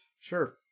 Sure